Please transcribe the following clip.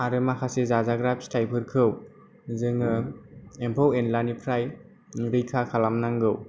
आरो माखासे जाजाग्रा फिथाइफोरखौ जोङो एम्फौ एनलानिफ्राय रैखा खालाम नांगौ